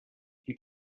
you